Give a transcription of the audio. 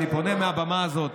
אני פונה מהבמה הזאת